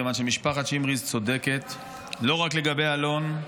כיוון שמשפחת שמריז צודקת לא רק לגבי אלון,